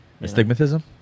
Astigmatism